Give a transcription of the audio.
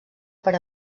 per